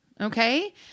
Okay